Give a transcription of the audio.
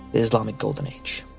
islamic golden age.